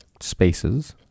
spaces